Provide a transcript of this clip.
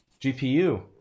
GPU